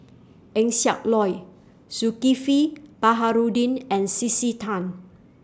Eng Siak Loy Zulkifli Baharudin and C C Tan